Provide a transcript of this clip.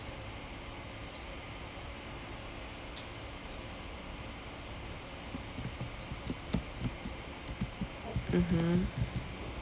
mmhmm